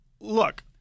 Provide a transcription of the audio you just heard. Look